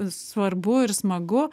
svarbu ir smagu